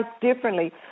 differently